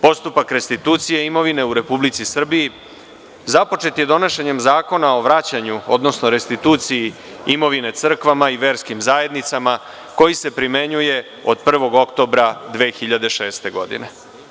Postupak restitucije imovine u Republici Srbiji započet je donošenjem Zakona o vraćanju, odnosno restituciji imovine crkvama i verskim zajednicama, koji se primenjuje od 1. oktobra 2006. godine.